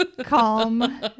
calm